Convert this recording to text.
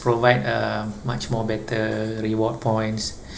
provide uh much more better reward points